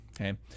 Okay